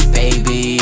baby